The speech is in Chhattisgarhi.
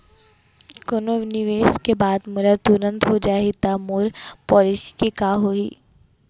कोनो निवेश के बाद मोला तुरंत हो जाही ता मोर पॉलिसी के का होही?